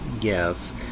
Yes